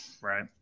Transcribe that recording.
Right